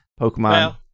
Pokemon